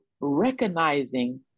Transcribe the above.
recognizing